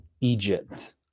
Egypt